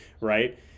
Right